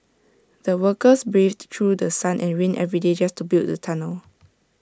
the workers braved through sun and rain every day just to build the tunnel